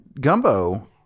gumbo